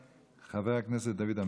חבר הכנסת דוד אמסלם.